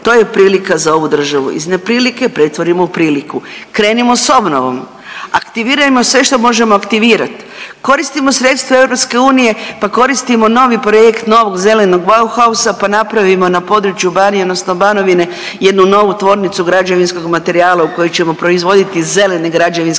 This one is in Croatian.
to je prilika za ovu državu, iz neprilike pretvorimo u priliku. Krenimo s obnovom, aktivirajmo sve što možemo aktivirat, koristimo sredstva EU, pa koristimo novi projekt novog zelenog Bauhausa, pa napravimo na području Banije odnosno Banovine jednu novu tvornicu građevinskog materijala u kojoj ćemo proizvoditi zelene građevinske proizvode